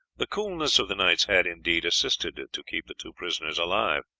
the coolness of the nights had, indeed, assisted to keep the two prisoners alive.